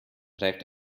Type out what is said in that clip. reibt